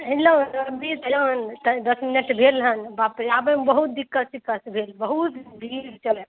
hello अभी एलहुँ हन तऽ दश मिनट भेल हन बापरे आबैमे बहुत दिक्कत सिक्कत भेल बहुत भीड़ चलैत हए